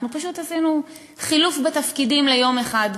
אנחנו פשוט עשינו חילוף בתפקידים ליום אחד,